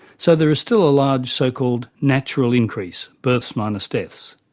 so there is still a large so-called natural increase, births minus deaths.